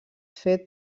fet